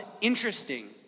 interesting